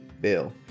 Bill